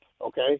okay